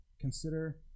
Consider